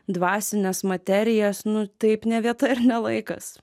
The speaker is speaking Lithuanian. dvasines materijas nu taip ne vieta ir ne laikas